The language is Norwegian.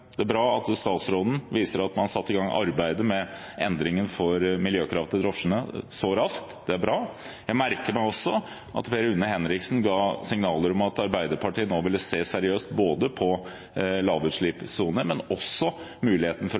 Det er bra at statsråden viser til at man har satt i gang arbeidet med endringen som gjelder miljøkrav til drosjene, så raskt. Jeg merket meg også at Per Rune Henriksen ga signaler om at Arbeiderpartiet nå ville se seriøst både på lavutslippssoner og på muligheten til å innføre akuttiltak for å kunne forby dieselbiler også